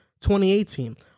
2018